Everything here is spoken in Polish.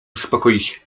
uspokoić